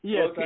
Yes